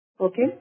okay